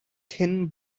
thin